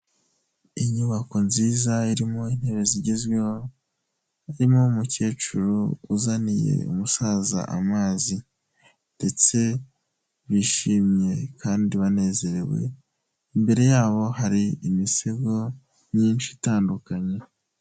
Inyubako nziza irimo intebe zigezweho, harimo umukecuru uzaniye umusaza amazi ndetse bishimye kandi banezerewe, imbere yabo hari imisego myinshi itandukanye.